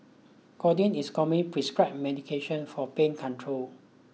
codeine is a commonly prescribed medication for pain control